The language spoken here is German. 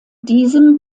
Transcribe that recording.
diesem